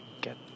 get